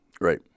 Right